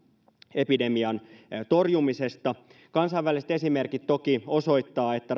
epidemian torjumisesta kansainväliset esimerkit toki osoittavat että